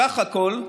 בסך הכול,